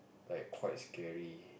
like quite scary